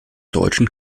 deutschen